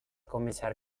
començar